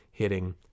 hitting